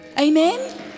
Amen